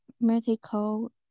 medical